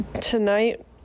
Tonight